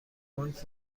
بانک